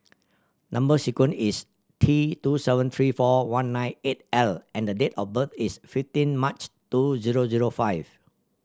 number sequence is T two seven three four one nine eight L and the date of birth is fifteen March two zero zero five